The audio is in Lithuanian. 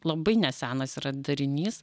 labai nesenas yra darinys